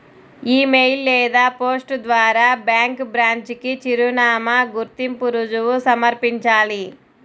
ఇ mail లేదా post ద్వారా bank branch కి చిరునామా, గుర్తింపు రుజువు సమర్పించాలి